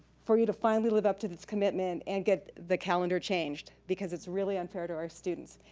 for you to finally live up to this commitment and get the calendar changed. because it's really unfair to our students.